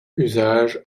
usage